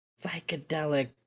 psychedelic